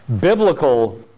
biblical